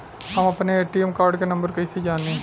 हम अपने ATM card के नंबर कइसे जानी?